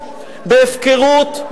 בהפקרות,